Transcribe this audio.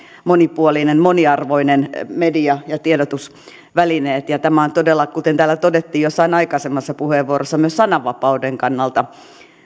monipuolinen moniarvoinen media ja tiedotusvälineet tämä on todella kuten täällä todettiin jossain aikaisemmassa puheenvuorossa myös sananvapauden kannalta